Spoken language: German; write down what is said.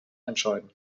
entscheiden